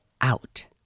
out